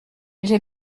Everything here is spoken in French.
j’ai